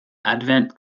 avant